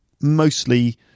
mostly